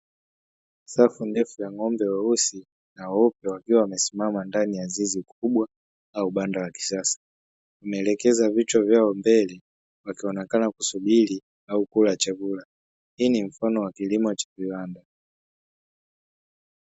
Safu ndefu ya ng’ombe weusi na weupe wakiwa wamesimama ndani ya zizi kubwa au banda la kisasa. Wameelekeza vichwa vyao mbele wakionekana kusubiri au kula chakula. Hii ni mfano wa kilimo cha viwanda.